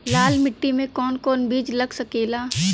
लाल मिट्टी में कौन कौन बीज लग सकेला?